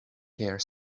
care